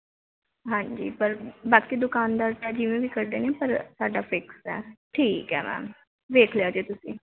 ਹਾਂਜੀ ਪਰ ਬਾਕੀ ਦੁਕਾਨਦਾਰ ਦਾ ਜਿਵੇਂ ਵੀ ਕਰਦੇ ਨੇ ਪਰ ਸਾਡਾ ਫਿਕਸ ਆ ਠੀਕ ਆ ਮੈਮ ਵੇਖ ਲਿਓ ਜੇ ਤੁਸੀਂ